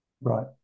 Right